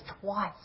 twice